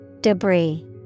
Debris